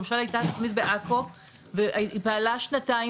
למשל הייתה תוכנית בעכו והיא פעלה שנתיים